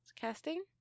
Casting